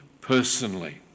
personally